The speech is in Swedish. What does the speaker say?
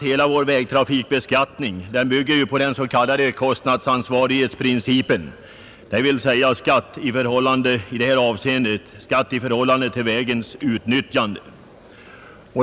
Hela vår vägtrafikbeskattning bygger på den s.k. kostnadsansvarighetsprincipen, dvs. att skatten skall utgå i förhållande till vägutnyttjandet.